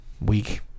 week